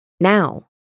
now